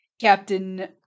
captain